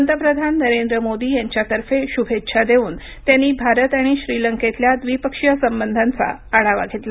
पंतप्रधान नरेंद्र मोदी यांच्यातर्फे शुभेच्छा देऊन त्यांनी भारत आणि श्रीलंकेतल्या द्विपक्षीय संबंधांचा आढावा घेतला